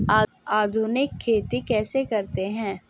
आधुनिक खेती कैसे करें?